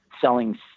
selling